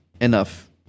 enough